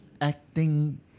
Acting